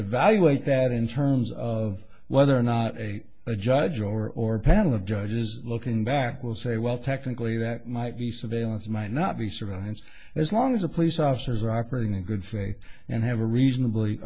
evaluate that in terms of whether or not a judge or or panel of judges looking back will say well technically that might be surveillance might not be surveillance as long as the police officers are operating in good faith and have a reasonably